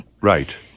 Right